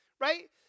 right